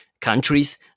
Countries